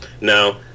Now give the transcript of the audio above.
no